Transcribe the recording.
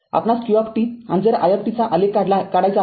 आपणास q आणि i चा आलेख काढायचा आहे